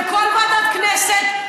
בכל ועדת כנסת,